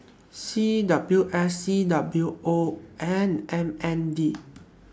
C W S C W O and M N D